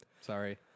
sorry